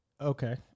Okay